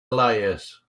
layers